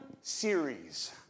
series